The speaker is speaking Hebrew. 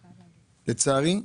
לצערי,